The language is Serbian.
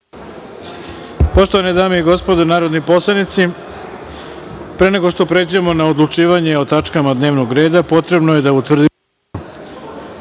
Poštovane dame i gospodo narodni poslanici, pre nego što pređemo na odlučivanje o tačkama dnevnog reda potrebno je da utvrdimo